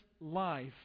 life